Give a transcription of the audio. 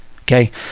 okay